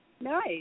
Nice